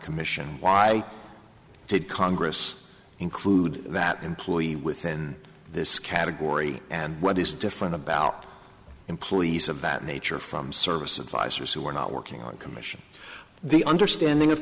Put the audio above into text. commission why did congress include that employee within this category and what is different about employees of that nature from service advisors who are not working on commission the understanding of